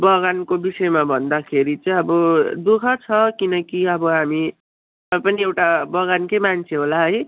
बगानको विषयमा भन्दाखेरि चाहिँ अब दुःख छ किनकि अब हामी तपाईँ पनि एउटा बगानकै मान्छे होला है